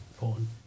important